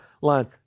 line